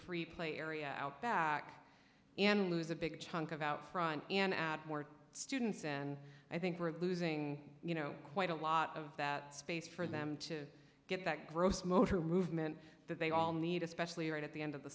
free play area out back and lose a big chunk of outfront and add more students and i think we're losing you know quite a lot of that space for them to get that gross motor movement that they all need especially right at the end of the